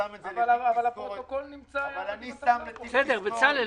שם את זה בתיק תזכורת ואבחן בעוד שנה.